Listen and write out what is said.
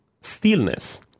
stillness